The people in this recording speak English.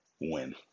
win